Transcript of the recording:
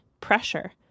Pressure